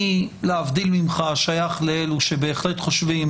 אני להבדיל ממך שייך לאלה שבהחלט חושבים